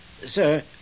Sir